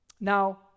now